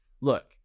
look